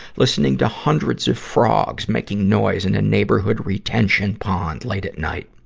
listening to hundreds of frogs making noise in a neighborhood retention pond late at night.